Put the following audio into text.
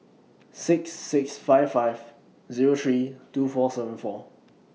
six six five five Zero three two four seven four